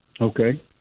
Okay